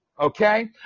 okay